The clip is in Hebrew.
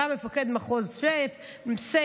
גם מפקד אגף סיף,